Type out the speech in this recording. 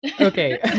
okay